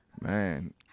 Man